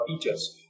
teachers